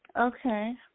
Okay